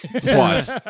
twice